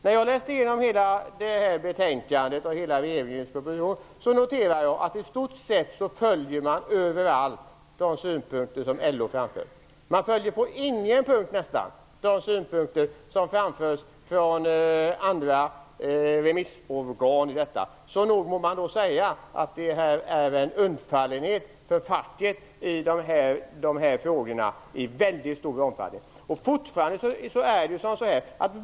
När jag läser igenom hela betänkandet och hela regeringens proposition noterar jag att man i stort sett överallt följer de synpunkter som LO framför. Man följer nästan inte på någon punkt de synpunkter som framförs från andra remissorgan. Nog är det i väldigt stor omfattning en undfallenhet inför facket i dessa frågor!